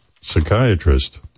psychiatrist